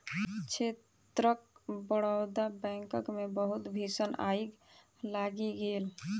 क्षेत्रक बड़ौदा बैंकक मे बहुत भीषण आइग लागि गेल